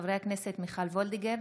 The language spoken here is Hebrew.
חברי הכנסת מיכל וולדיגר,